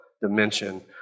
dimension